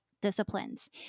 disciplines